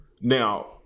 Now